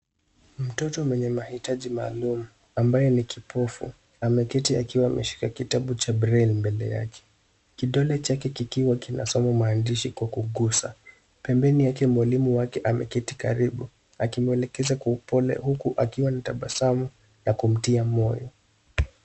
Mtoto mwenye mahitaji maalum, ambaye ni kipofu, ameketi akiwa ameshika kitabu cha braille mbele yake. Kidole chake kikiwa kinasoma maandishi kwa kugusa, pembeni yake mwalimu wake ameketi karibu, akimwelekeza kwa upole, huku akiwa na tabasamu la kumtia moyo.